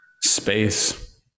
space